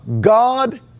God